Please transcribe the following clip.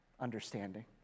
understanding